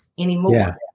anymore